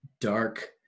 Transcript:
dark